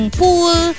pool